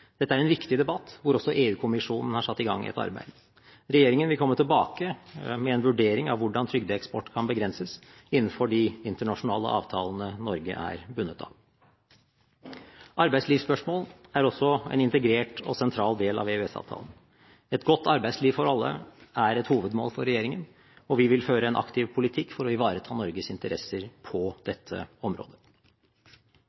Dette er en viktig debatt, hvor også EU-kommisjonen har satt i gang et arbeid. Regjeringen vil komme tilbake med en vurdering av hvordan trygdeeksport kan begrenses innenfor de internasjonale avtalene Norge er bundet av. Arbeidslivsspørsmål er også en integrert og sentral del av EØS-avtalen. Et godt arbeidsliv for alle er et hovedmål for regjeringen, og vi vil føre en aktiv politikk for å ivareta Norges interesser på